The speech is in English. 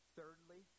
Thirdly